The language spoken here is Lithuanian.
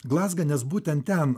glazgą nes būtent ten